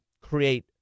create